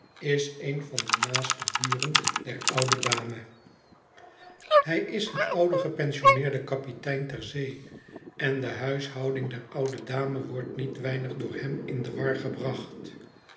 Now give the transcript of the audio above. is een van de naaste buren der oude dame hij is een oude gepensioneerde kapitein ter zee en de huishouding der oude dame wordt niet weinig door hem in de war gebracht